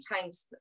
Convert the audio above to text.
times